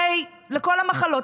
לכל המחלות.